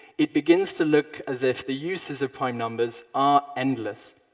it begins to look as if the uses of prime numbers are endless.